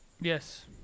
yes